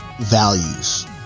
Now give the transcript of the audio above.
values